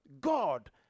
God